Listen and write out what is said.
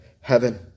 heaven